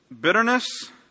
bitterness